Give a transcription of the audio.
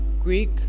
Greek